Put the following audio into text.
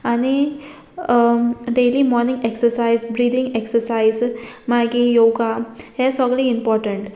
आनी daily morning exercise breathing exercise मागीर yoga हे सोगलें इम्पोर्टंट